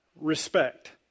respect